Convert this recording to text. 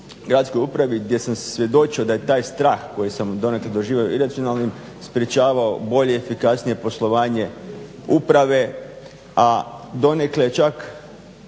Gradskoj upravi gdje sam svjedočio da je taj strah koji sam donekle doživio iracionalnim sprječavao bolje, efikasnije poslovanje uprave a donekle je čak